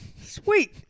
Sweet